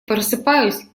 просыпаюсь